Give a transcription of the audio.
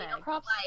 props